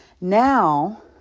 now